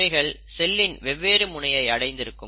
இவைகள் செல்லின் வெவ்வேறு முனையை அடைந்து இருக்கும்